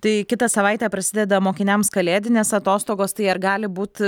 tai kitą savaitę prasideda mokiniams kalėdinės atostogos tai ar gali būt